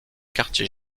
quartier